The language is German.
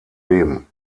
leben